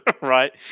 right